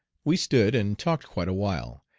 we stood and talked quite awhile,